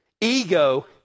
Ego